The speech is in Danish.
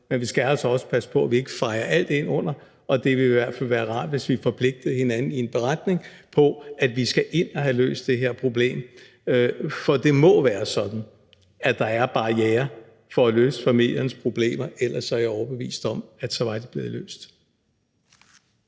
men vi skal altså passe på, at vi ikke fejer alt ind under det. Det ville i hvert fald være rart, hvis vi i en beretning forpligtede hinanden på, at vi skal ind at have løst det her problem. Det må være sådan, at der er barrierer for at løse familiens problemer, for ellers er jeg overbevist om, at de så var blevet løst.